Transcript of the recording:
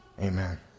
Amen